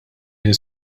minn